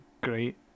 great